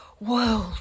world